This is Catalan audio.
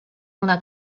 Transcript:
una